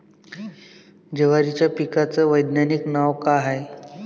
जवारीच्या पिकाचं वैधानिक नाव का हाये?